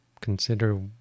consider